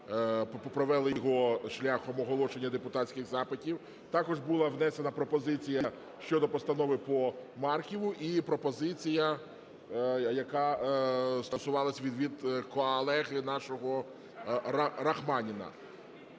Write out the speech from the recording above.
провели його шляхом оголошення депутатських запитів. Також була внесена пропозиція щодо постанови по Марківу і пропозиція, яка стосувалась... від колеги нашого Рахманіна.